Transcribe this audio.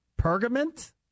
Pergament